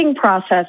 process